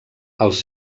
els